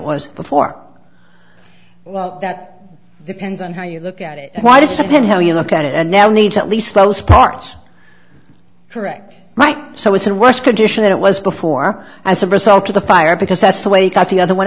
was before well that depends on how you look at it why does happen how you look at it and now needs at least those parts correct right so it's a wash condition that it was before as a result of the fire because that's the way you got the other one